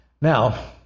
Now